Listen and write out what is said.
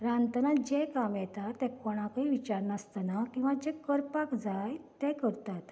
रांदतना जें काम येता तें कोणाकूय विचारनासतना किंवा जें करपाक जाय तें करतात